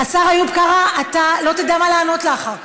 השר איוב קרא, אתה לא תדע מה לענות לה אחר כך,